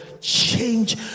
change